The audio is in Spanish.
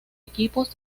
equipos